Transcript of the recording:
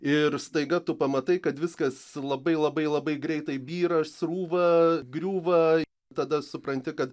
ir staiga tu pamatai kad viskas labai labai labai greitai byra srūva griūva tada supranti kad